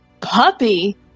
Puppy